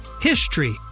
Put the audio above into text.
HISTORY